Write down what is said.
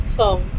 song